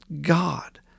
God